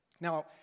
Now